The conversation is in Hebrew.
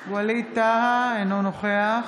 טאהא, אינו נוכח